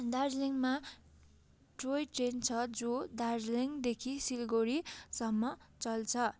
दार्जिलिङमा toy train छ जो दार्जिलिङदेखि सिलगढीसम्म चल्छ